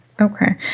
Okay